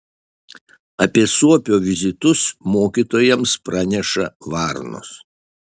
apie suopio vizitus mokytojams praneša varnos